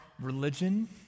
religion